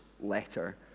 letter